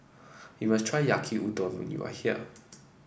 you must try Yaki Udon when you are here